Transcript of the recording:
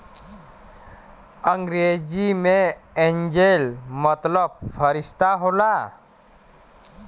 अंग्रेजी मे एंजेल मतलब फ़रिश्ता होला